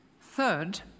Third